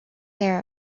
there